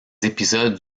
épisodes